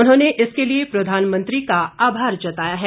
उन्होंने इसके लिए प्रधानमंत्री का आभार जताया है